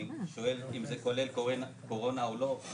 אני שואל אם זה כולל קורונה או לא,